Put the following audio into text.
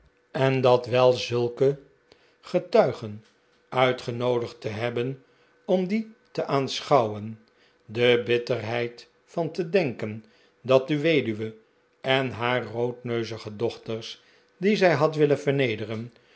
en dat wel zulke getuigen uitgenoodigd te hebben om die te aanschouwen de bitterheid van ti denken dat de weduwe en haar roodneu zige dochters die zij had willen vernede